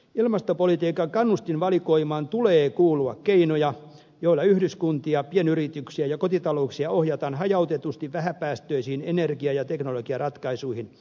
ilmastopolitiikan kannustinvalikoimaan tulee kuulua keinoja joilla yhdyskuntia pienyrityksiä ja kotitalouksia ohjataan hajautetusti vähäpäästöisiin energia ja teknologiaratkaisuihin